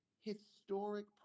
historic